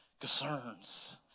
concerns